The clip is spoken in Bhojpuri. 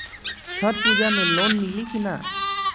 छठ पूजा मे लोन मिली की ना?